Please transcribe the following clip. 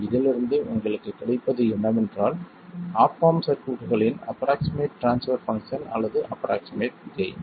இதிலிருந்து உங்களுக்கு கிடைப்பது என்னவென்றால் ஆப் ஆம்ப் சர்க்யூட்களின் அப்ரோக்ஸிமெட் ட்ரான்ஸ்பர் பங்க்ஷன் அல்லது அப்ரோக்ஸிமெட் கெய்ன்